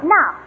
Now